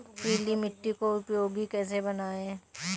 पीली मिट्टी को उपयोगी कैसे बनाएँ?